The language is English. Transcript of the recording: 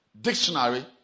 dictionary